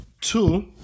two